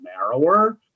narrower